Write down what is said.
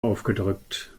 aufgedrückt